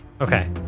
Okay